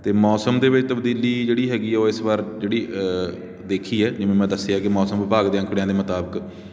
ਅਤੇ ਮੌਸਮ ਦੇ ਵਿੱਚ ਤਬਦੀਲੀ ਜਿਹੜੀ ਹੈਗੀ ਆ ਉਹ ਇਸ ਵਾਰ ਜਿਹੜੀ ਦੇਖੀ ਹੈ ਜਿਵੇਂ ਮੈਂ ਦੱਸਿਆ ਕਿ ਮੌਸਮ ਵਿਭਾਗ ਦੇ ਅੰਕੜਿਆਂ ਦੇ ਮੁਤਾਬਿਕ